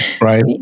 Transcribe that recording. right